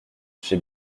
j’ai